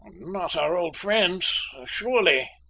not our old friends, surely?